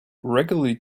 regularly